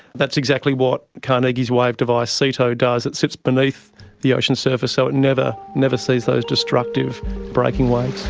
that's exactly what carnegie's wave device ceto does, it sits beneath the ocean's surface so it never never sees those destructive breaking waves.